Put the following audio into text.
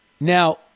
Now